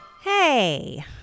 Hey